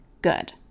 Good